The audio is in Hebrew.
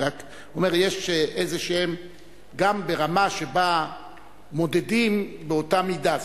אני רק אומר: גם ברמה שבה מודדים באותה מידה,